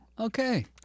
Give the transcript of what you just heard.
okay